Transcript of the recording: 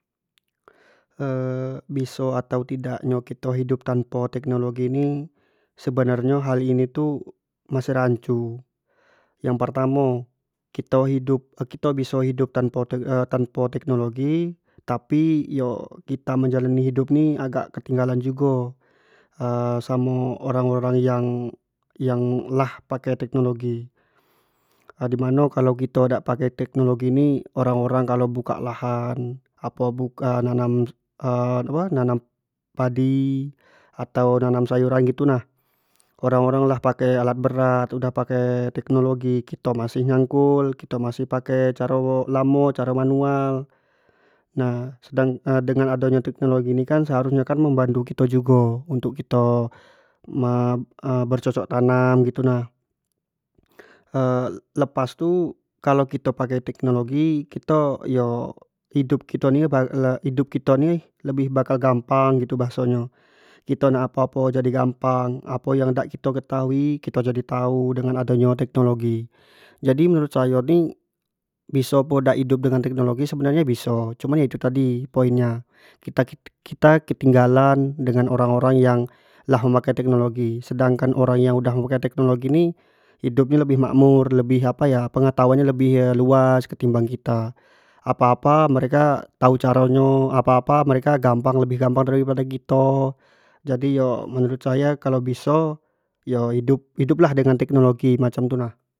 biso atau tidak nyo kito hidup tanpa teknologi ni, sebenar nyo hal ini ni masih rancu, yang pertamo kito hidup, kito bisa hidup tanpo tanpo teknologi tapi yo kita menjalani hidup ni yo ketinggalan jugo samo orang-orang yang-yang lah pake teknologi, dimano kalua kito dak pake teknologi ni orang-orang kalau buka lahan apo buka nanam apo nanam-nanam padi atau nanam sayuran gitu nah, orang lah pake alat berat orang dak pake teknologi kito masih nyangkul. kito masih pake caro lamo, caro manual nah sedangkan dengan adonyo teknologi ini kan harus nyo kan membangtu kito jugo untuk kito bercocok tanam gitu nah, lepas tu kalau kito pakai teknologi kito yo hidup kito ni le hidup kito ni lebih bakal gampang gitu bahaso nyo, kito nak apo-apo jadi gampang, apo yang dak kito ketahui kito jadi tau dengan ado nyo teknologi, jadi menurut sayo ni biso po dak hidup dengan teknologi sebenar nyo biso, cuman yo itu tadi point nya, kita ketinggalan dengan orang-orang yang lah memakai teknologi, sedangkan orang yang udah makai teknologi ni hidup lebih makmsur, lebih apa ya pengetahuan nya lebih luas ketimbang kita, apa- apa mereka tau caro nyo, apa-apa mereka lebih gampang dari pado kito jadi yo menurut sayo kalau biso yo hiduplah dengan teknologi macam tu nah.